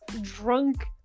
drunk